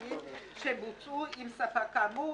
"שבוצעו עם ספק כאמור,